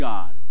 God